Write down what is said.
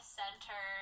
center